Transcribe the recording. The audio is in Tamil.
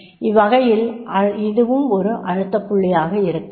இவ்வகையில் இதுவும் ஒரு அழுத்தப்புள்ளியாக இருக்கலாம்